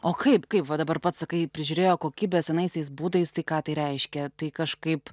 o kaip kaip va dabar pats sakai prižiūrėjo kokybę senaisiais būdais tai ką tai reiškia tai kažkaip